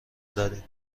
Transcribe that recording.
داریم